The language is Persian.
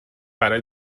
برای